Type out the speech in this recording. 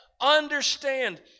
Understand